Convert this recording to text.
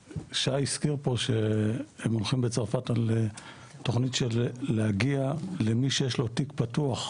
שי הזכיר פה שהם הולכים בצרפת על תוכנית של להגיע למי שיש לו תיק פתוח.